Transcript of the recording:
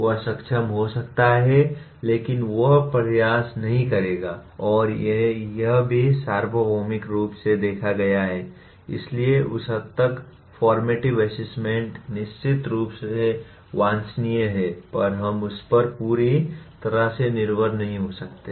वह सक्षम हो सकता है लेकिन वह प्रयास नहीं करेगा और यह भी सार्वभौमिक रूप से देखा गया है इसलिए उस हद तक फॉर्मेटिव असेसमेंट निश्चित रूप से वांछनीय है पर हम उस पर पूरी तरह से निर्भर नहीं हो सकते